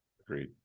agreed